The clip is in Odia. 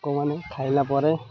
ଲୋକମାନେ ଖାଇଲା ପରେ